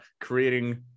creating